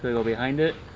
go behind it?